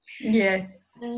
Yes